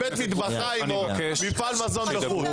באיזה בית מטבחיים או מפעל מזון בחו"ל?